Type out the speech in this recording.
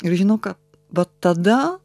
ir žinau kad va tada